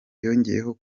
yongeyeho